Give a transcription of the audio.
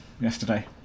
yesterday